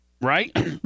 Right